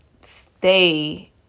stay